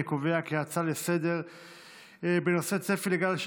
אני קובע כי ההצעה לסדר-היום בנושא צפי לגל של